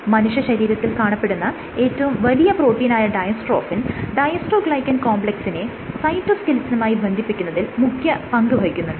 മനുഷ്യശരീരത്തിൽ കാണപ്പെടുന്ന ഏറ്റവും വലിയ പ്രോട്ടീനായ ഡയ്സ്ട്രോഫിൻ ഡയ്സ്ട്രോഗ്ലൈകെൻ കോംപ്ലെക്സിനെ സൈറ്റോസ്കെലിറ്റനുമായി ബന്ധിപ്പിക്കുന്നതിൽ മുഖ്യ പങ്കുവഹിക്കുന്നുണ്ട്